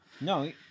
no